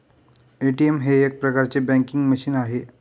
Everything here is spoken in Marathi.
ए.टी.एम हे एक प्रकारचे बँकिंग मशीन आहे